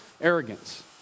arrogance